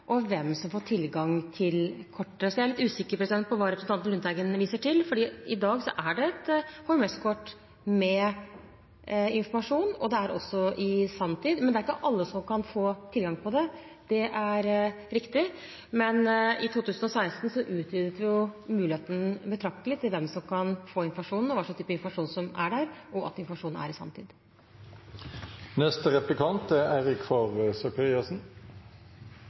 og hvem som får tilgang til kortet. Så jeg er litt usikker på hva representanten Lundteigen viser til, for i dag finnes det et HMS-kort med informasjon, og det er også i sanntid. Det er ikke alle som får tilgang til det, det er riktig, men i 2016 utvidet vi betraktelig muligheten for hvem som kan få informasjonen, hva slags type informasjon som er der, og at informasjonen er i